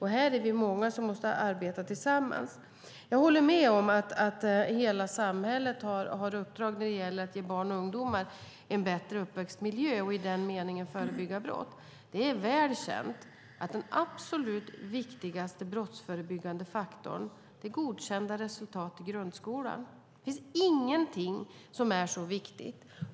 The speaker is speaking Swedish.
Här är vi många som måste arbeta tillsammans. Jag håller med om att hela samhället har ett uppdrag när det gäller att ge barn och ungdomar en bättre uppväxtmiljö och i den meningen förebygga brott. Det är väl känt att den absolut viktigaste brottsförebyggande faktorn är godkända resultat i grundskolan. Det finns ingenting som är så viktigt.